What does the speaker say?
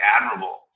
admirable